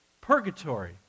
Purgatory